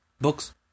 books